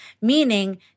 Meaning